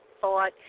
thought